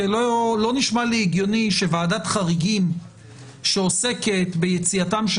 כי לא נשמע לי הגיוני שוועדת חריגים שעוסקת ביציאתם של